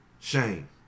shame